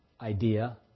idea